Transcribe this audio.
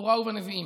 שבתורה ובנביאים,